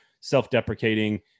self-deprecating